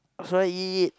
what should I eat